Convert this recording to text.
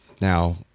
Now